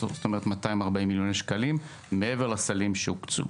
ובסך הכול 240 מיליון שקלים מעבר לסלים שהוקצו.